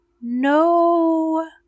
No